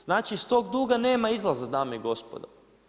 Znači iz tog duga nema izlaza, dame i gospodo.